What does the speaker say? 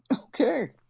Okay